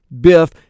Biff